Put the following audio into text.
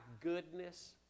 goodness